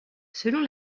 selon